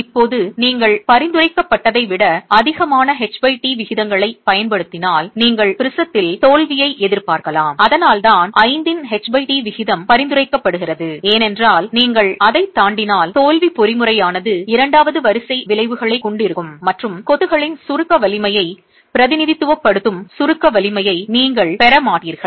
இப்போது நீங்கள் பரிந்துரைக்கப்பட்டதை விட அதிகமான ht விகிதங்களைப் பயன்படுத்தினால் நீங்கள் ப்ரிஸத்தில் தோல்வியை எதிர்பார்க்கலாம் அதனால்தான் 5 இன் ht விகிதம் பரிந்துரைக்கப்படுகிறது ஏனென்றால் நீங்கள் அதைத் தாண்டினால் தோல்வி பொறிமுறையானது இரண்டாவது வரிசை விளைவுகளைக் கொண்டிருக்கும் மற்றும் கொத்துகளின் சுருக்க வலிமையைப் பிரதிநிதித்துவப்படுத்தும் சுருக்க வலிமையை நீங்கள் பெற மாட்டீர்கள்